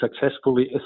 successfully